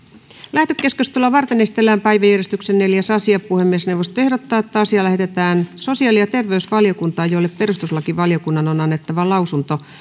lähetekeskustelua varten esitellään päiväjärjestyksen neljäs asia puhemiesneuvosto ehdottaa että asia lähetetään sosiaali ja terveysvaliokuntaan jolle perustuslakivaliokunnan on annettava lausunto